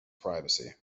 privacy